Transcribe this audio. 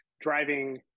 driving